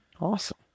awesome